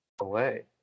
away